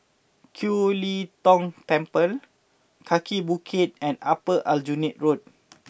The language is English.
Kiew Lee Tong Temple Kaki Bukit and Upper Aljunied Road